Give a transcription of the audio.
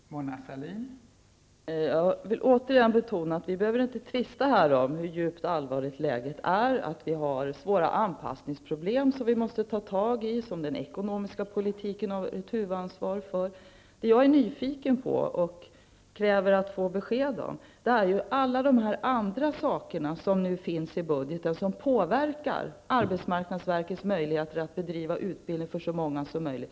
Fru talman! Jag vill återigen betona att vi inte behöver tvista om att läget är djupt allvarligt. Vi har svåra anpassningsproblem som vi måste ta tag i och som den ekonomiska politiken har ett huvudansvar för. Det jag är nyfiken på och kräver att få besked om, är alla dessa andra saker som nu finns i budgeten och som påverkar arbetsmarknadsverkets möjligheter att bedriva utbildning för så många som möjligt.